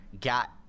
got